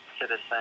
citizen